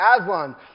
Aslan